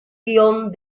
guion